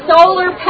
Solar